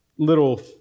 little